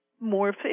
more